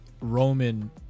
roman